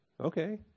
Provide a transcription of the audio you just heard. Okay